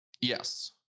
yes